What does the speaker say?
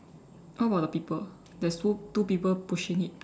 how about the people there's two two people pushing it